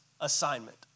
assignment